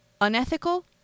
Unethical